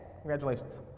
Congratulations